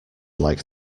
like